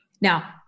now